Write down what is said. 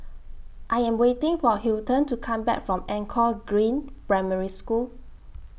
I Am waiting For Hilton to Come Back from Anchor Green Primary School